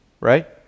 Right